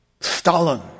Stalin